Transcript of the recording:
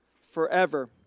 forever